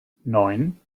neun